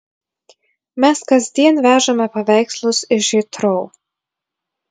mes kasdien vežame paveikslus iš hitrou